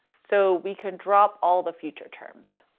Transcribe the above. so we can drop all the future terms.